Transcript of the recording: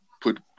put